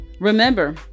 remember